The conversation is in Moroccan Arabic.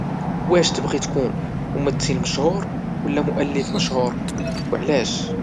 واش تبغي تكون ممثل مشهور اولى مؤلف مشهور او علاش؟